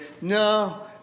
no